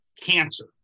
cancer